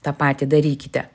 tą patį darykite